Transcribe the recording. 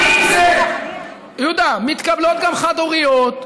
יהודה, מתקבלות גם חד-הוריות,